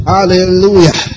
Hallelujah